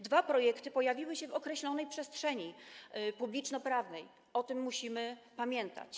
Dwa projekty pojawiły się w określonej przestrzeni publicznoprawnej, o tym musimy pamiętać.